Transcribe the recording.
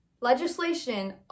legislation